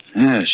Yes